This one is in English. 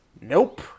nope